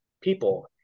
people